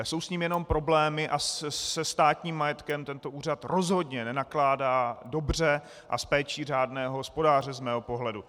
Jsou s ním jenom problémy a se státním majetkem tento úřad rozhodně nenakládá dobře a s péčí řádného hospodáře z mého pohledu.